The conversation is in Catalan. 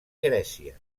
grècia